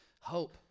hope